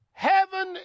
heaven